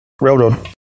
Railroad